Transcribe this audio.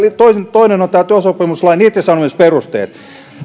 toinen on työsopimuslain irtisanomisperusteet